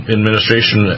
Administration